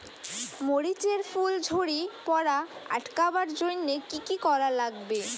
মরিচ এর ফুল ঝড়ি পড়া আটকাবার জইন্যে কি কি করা লাগবে?